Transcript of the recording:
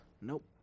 Nope